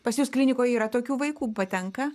pas jus klinikoj yra tokių vaikų patenka